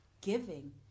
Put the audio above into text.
giving